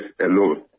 alone